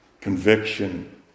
conviction